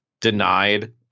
denied